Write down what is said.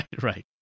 right